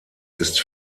ist